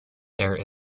there